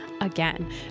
again